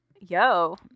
Yo